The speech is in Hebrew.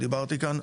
ודיברתי כאן,